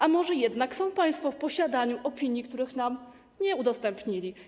A może jednak są państwo w posiadaniu opinii, których nam nie udostępnili?